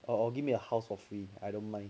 or give me a house for free I don't mind